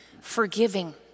forgiving